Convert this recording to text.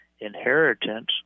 inheritance